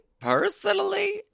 Personally